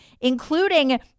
including